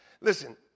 Listen